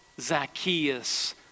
Zacchaeus